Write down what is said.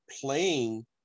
playing